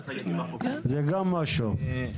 זה גם משהו.